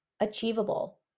achievable